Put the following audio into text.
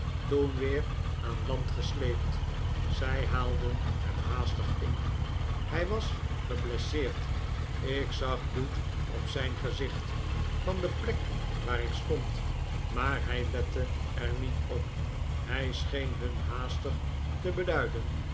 toen weer aan land gesleept zij haalden hem haastig in hij was geblesseerd ik zag bloed op zijn gezicht van de plek waar ik stond maar hij lette er niet op hij scheen hun haastig te beduiden